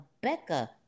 Becca